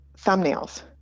thumbnails